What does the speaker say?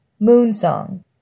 Moonsong